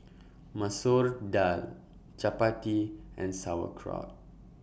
Masoor Dal Chapati and Sauerkraut